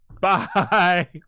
Bye